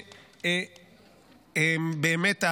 ובאמת,